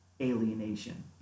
alienation